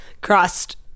crossed